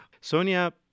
Sonia